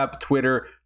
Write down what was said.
Twitter